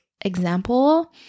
example